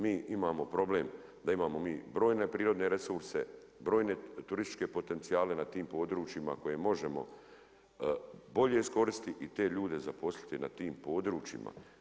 Mi imamo problem da imamo mi brojne prirodne resurse, brojne turističke potencijale na tim područjima koje možemo bolje iskoristiti i te ljude zaposliti na tim područjima.